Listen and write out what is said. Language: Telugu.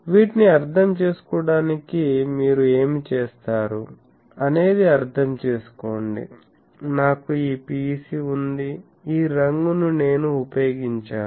వీటిని అర్థం చేసుకోవడానికి మీరు ఏమి చేస్తారు అనేది అర్థం చేసుకోండి నాకు ఈ PEC ఉంది ఈ రంగును నేను ఉపయోగించాను